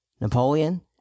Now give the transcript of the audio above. napoleon